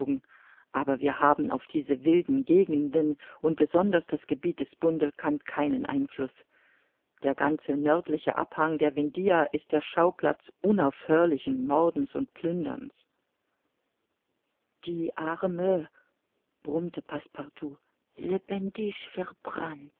aber wir haben auf diese wilden gegenden und besonders das gebiet des bundelkund keinen einfluß der ganze nördliche abhang der vindhia ist der schauplatz unaufhörlichen mordens und plünderns die arme brummte